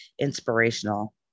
inspirational